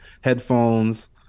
headphones